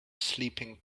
sleeping